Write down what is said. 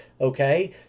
Okay